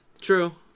True